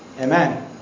Amen